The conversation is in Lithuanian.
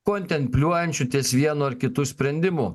kontempliuojančių ties vienu ar kitu sprendimu